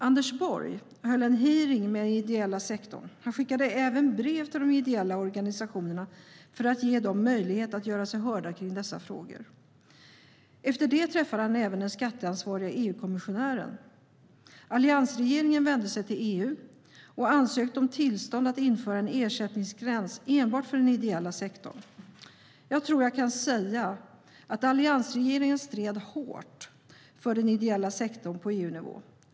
Anders Borg anordnade en hearing med den ideella sektorn. Han skickade även brev till de ideella organisationerna för att ge dem möjlighet att göra sig hörda i dessa frågor. Efter det träffade han även den skatteansvarige EU-kommissionären. Alliansregeringen vände sig till EU och ansökte om tillstånd att införa en ersättningsgräns enbart för den ideella sektorn. Jag tror att jag kan säga att alliansregeringen stred hårt för den ideella sektorn på EU-nivå.